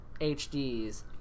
HDs